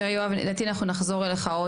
תראה יואב, לדעתי אנחנו נחזור אליך.